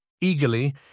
Eagerly